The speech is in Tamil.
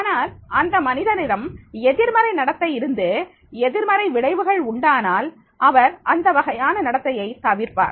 ஆனால் அந்த மனிதரிடம் எதிர்மறை நடத்தை இருந்து எதிர்மறை விளைவுகள் உண்டானால் அவர் அந்த வகையான நடத்தையை தவிர்ப்பார்